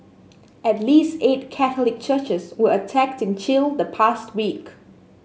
at least eight Catholic churches were attacked in Chile the past week